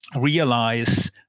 realize